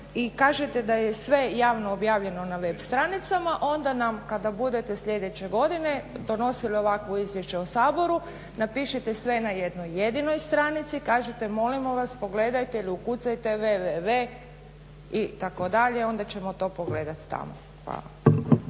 kažete da je sve javno objavljeno na web stranicama onda nam kada budete sljedeće godine donosili ovakvo izvješće u Sabor napišite sve na jednoj jedinoj stranici. Kažite molimo vas pogledajte ili ukucajte www itd. onda ćemo to pogledati tamo.